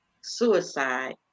suicide